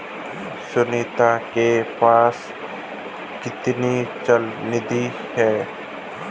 सुनीता के पास कितनी चल निधि है?